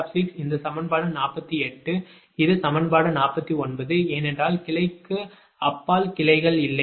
Q QL இந்த சமன்பாடு 48 இது சமன்பாடு 49 ஏனென்றால் கிளைக்கு அப்பால் கிளைகள் இல்லை